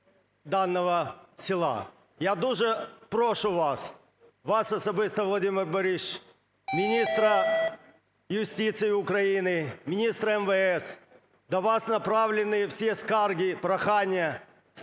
даного села. Я дуже прошу вас, вас особисто, Володимире Борисовичу, міністра юстиції України, міністра МВС, до вас направлені всі скарги і прохання з тим,